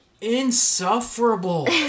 insufferable